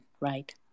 right